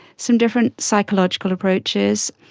some different psychological approaches.